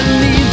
need